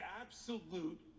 absolute